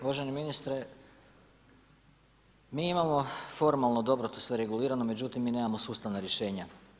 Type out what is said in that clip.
Uvaženi ministre, mi imamo formalno dobro to sve regulirano međutim mi nemamo sustavna rješenja.